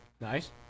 Nice